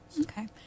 Okay